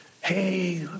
hey